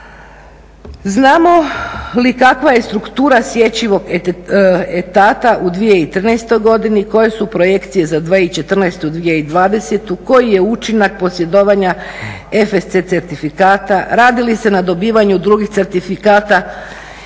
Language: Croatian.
Znamo li kakva je struktura sječivog etata u 2013. godini, koje su projekcije za 2014.-2020., koji je učinak posjedovanja FSC certifikata, radi li se na dobivanju drugih certifikata,